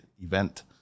event